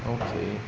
okay